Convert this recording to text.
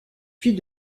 puis